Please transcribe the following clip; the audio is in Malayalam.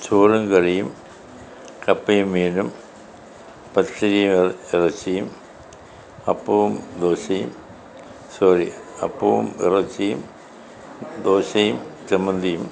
ചോറും കറിയും കപ്പയും മീനും പത്തിരിയും എ ഇറച്ചിയും അപ്പവും ദോശയും സോറി അപ്പവും ഇറച്ചിയും ദോശയും ചമ്മന്തിയും